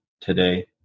today